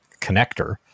connector